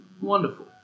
Wonderful